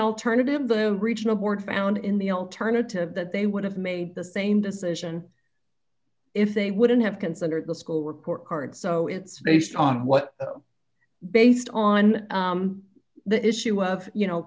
alternative the regional board found in the alternative that they would have made the same decision if they wouldn't have considered the school report cards so it's based on what based on the issue of you know